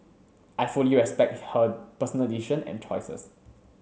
I fully respect her personal decision and choices